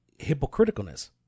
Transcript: hypocriticalness